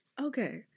Okay